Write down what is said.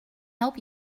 help